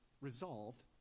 resolved